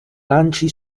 lanci